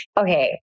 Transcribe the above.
okay